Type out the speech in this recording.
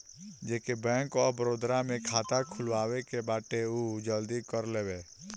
जेके Bank of Baroda में खाता खुलवाए के बाटे उ जल्दी कर लेवे